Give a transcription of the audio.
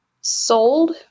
sold